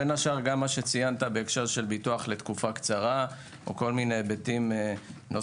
בין השאר גם מה שציינת של ביטוח לתקופה קצרה או כל מיני היבטים נוספים.